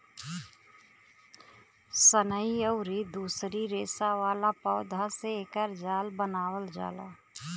सनई अउरी दूसरी रेसा वाला पौधा से एकर जाल बनावल जाला